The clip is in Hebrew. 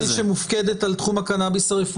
-- גם חברת הכנסת השכל שמופקדת על תחום הקנאביס הרפואי,